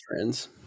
friends